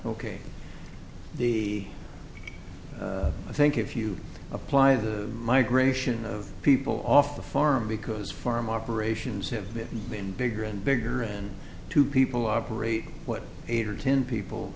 ok the i think if you apply the migration of people off the farm because farm operations have been bigger and bigger and two people operate what eight or ten people